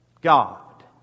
God